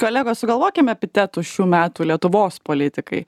kolegos sugalvokim epitetų šių metų lietuvos politikai